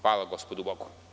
Hvala Gospodu Bogu.